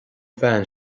bhean